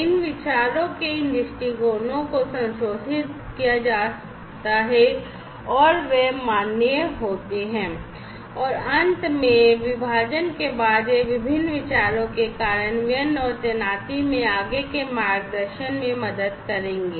इन विचारों के इन दृष्टिकोणों को संशोधित किया जाता है और वे मान्य होते हैं और अंत में विभाजन के बाद ये विभिन्न विचारों के कार्यान्वयन और तैनाती में आगे के मार्गदर्शन में मदद करेंगे